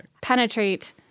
penetrate